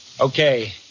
Okay